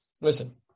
Listen